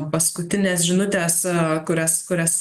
paskutinės žinutės kurias kurias